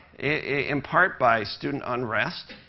in part by student unrest.